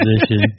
position